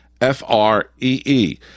F-R-E-E